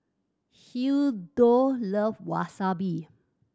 Hildur love Wasabi